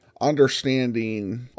understanding